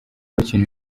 bakina